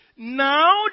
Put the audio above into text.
now